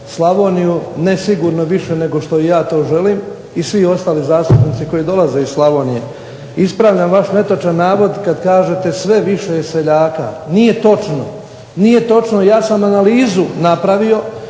Slavoniju, ne sigurno više nego što i ja to želim, i svi ostali zastupnici koji dolaze iz Slavonije. Ispravljam vaš netočan navod kad kažete sve više je seljaka. Nije točno. Nije točno. Ja sam analizu napravio